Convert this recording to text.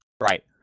Right